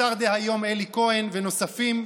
השר דהיום אלי כהן ונוספים,